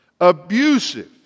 abusive